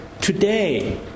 Today